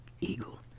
eagle